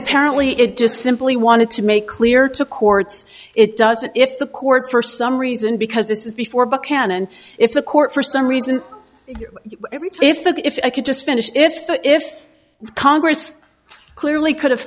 apparently it just simply wanted to make clear to courts it doesn't if the court for some reason because this is before but cannon if the court for some reason if it if i could just finish if the if congress clearly could have